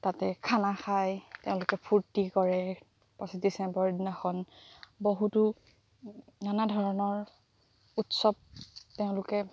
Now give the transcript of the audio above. তাতে খানা খাই তেওঁলোকে ফুৰ্তি কৰে পঁচিছ ডিচেম্বৰ দিনাখন বহুতো নানা ধৰণৰ উৎসৱ তেওঁলোকে